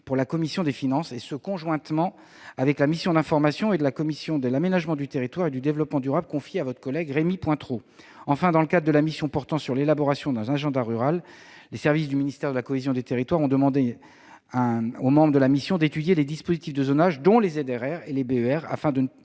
pour la commission des finances, et ce conjointement avec la mission d'information de la commission de l'aménagement du territoire et du développement durable confiée à votre collègue Rémy Pointereau. Enfin, dans le cadre de la mission portant sur l'élaboration d'un agenda rural, les services du ministère de la cohésion et des territoires ont demandé aux membres de la mission d'étudier les dispositifs de zonage, dont les ZRR et les BER, afin de